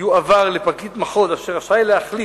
יועבר לפרקליט מחוז אשר רשאי להחליט"